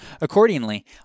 Accordingly